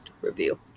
review